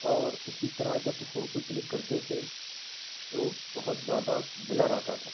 اور اسی طرح جب فوٹو کلک کرتے تھے تو بہت زیادہ بلر آتا تھا